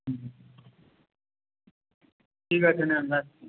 হুম ঠিক আছে নিন রাখছি